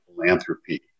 philanthropy